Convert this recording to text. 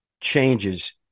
changes